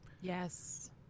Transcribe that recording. yes